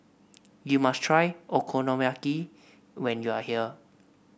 you must try Okonomiyaki when you are here